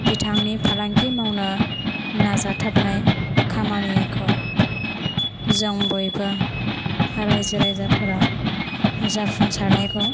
बिथांनि फालांगि मावनो नाजाथाबनाय खामानिखौ जों बयबो रायजो रायजाफोरा जाफुंसारनायखौ